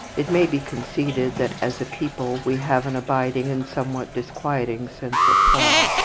it may be conceded that, as a people, we have an abiding and somewhat disquieting sense of fun.